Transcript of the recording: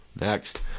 next